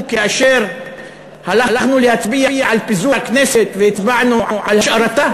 כאשר הלכנו להצביע על פיזור הכנסת והצבענו על השארתה?